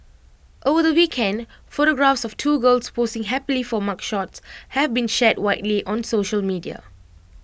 over the weekend photographs of two girls posing happily for mugshots have been shared widely on social media